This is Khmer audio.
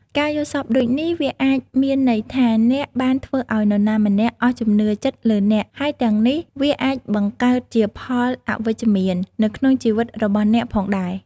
ការយល់សប្តិដូចនេះ វាអាចមានន័យថា អ្នកបានធ្វើឲ្យនរណាម្នាក់ អស់ជំនឿចិត្តលើអ្នក ហើយទាំងនេះ វាអាចបង្កើតជាផលអវិជ្ជមាន នៅក្នុងជីវិតរបស់អ្នកផងដែរ។